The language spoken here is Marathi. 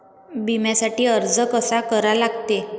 बिम्यासाठी अर्ज कसा करा लागते?